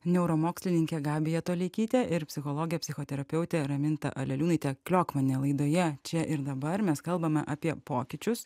neuromokslininkė gabija toleikytė ir psichologė psichoterapeutė raminta aleliūnaitė kliokmanė laidoje čia ir dabar mes kalbame apie pokyčius